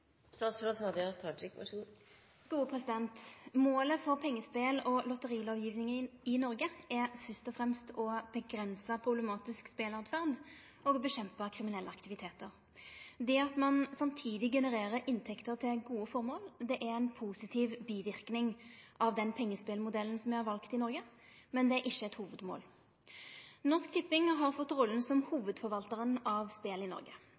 Målet for pengespel- og lotterilovgjevinga i Noreg er først og fremst å avgrense problematisk speleåtferd og motverke kriminelle aktivitetar. Det at ein samtidig genererer inntekter til gode formål, er ein positiv biverknad av den pengespelmodellen me har valt i Noreg, men ikkje eit hovudmål. Norsk Tipping har fått rolla som hovudforvaltar av spel i Noreg.